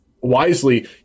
wisely